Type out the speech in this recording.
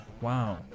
Wow